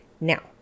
Now